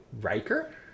Riker